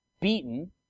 beaten